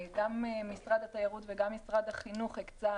גם משרד התיירות וגם משרד החינוך הקצו